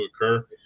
occur